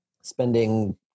spending